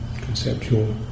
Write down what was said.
conceptual